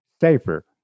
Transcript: safer